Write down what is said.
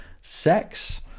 Sex